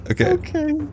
okay